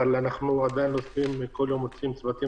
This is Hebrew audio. אבל עדיין כל יום אנחנו מוציאים צוותים